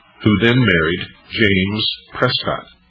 who then married james prescott.